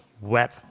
web